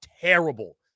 terrible